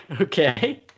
Okay